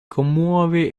commuove